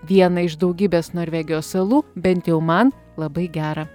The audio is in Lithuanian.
vieną iš daugybės norvegijos salų bent jau man labai gera